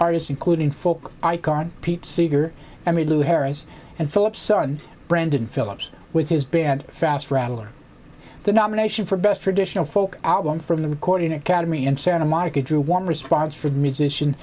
artists including folk icon pete seeger i mean lou harris and philip son brandon phillips with his band fast rattler the nomination for best traditional folk album from the recording academy in santa monica drew warm response from musician